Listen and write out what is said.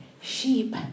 sheep